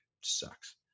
sucks